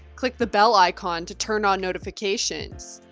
click the bell icon to turn on notifications,